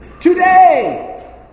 today